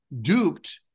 duped